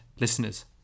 listeners